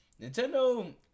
Nintendo